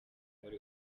muri